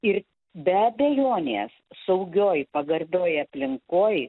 ir be abejonės saugioj pagarbioj aplinkoj